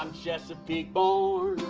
i'm chesapeake born